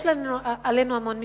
יש עלינו המון מסים.